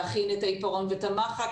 להכין את העיפרון והמחק,